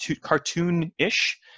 cartoon-ish